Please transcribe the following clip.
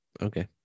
Okay